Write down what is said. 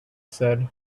said